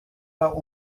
war